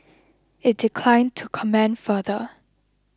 it declined to comment further